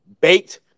baked